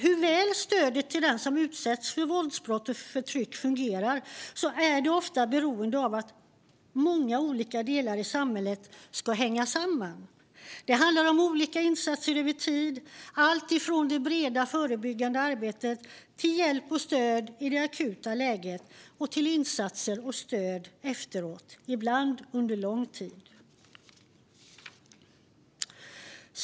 Hur väl stödet till den som utsätts för våldsbrott och förtryck fungerar är ofta beroende av att många olika delar av samhället hänger samman. Det handlar om olika insatser över tid, alltifrån det breda förebyggande arbetet till hjälp och stöd i akuta lägen liksom till insatser och stöd efteråt, ibland under lång tid. Herr talman!